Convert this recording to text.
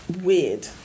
weird